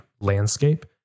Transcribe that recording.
landscape